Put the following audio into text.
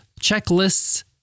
checklists